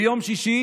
ביום שישי